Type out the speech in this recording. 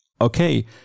Okay